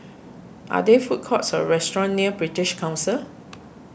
are there food courts or restaurants near British Council